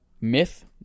Myth